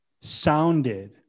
sounded